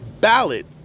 ballot